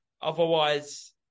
Otherwise